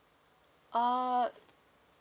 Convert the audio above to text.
uh